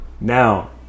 now